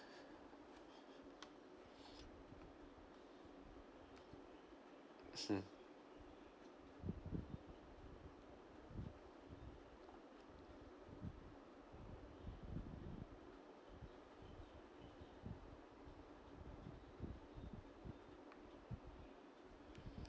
hmm